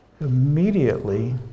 Immediately